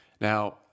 Now